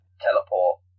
teleport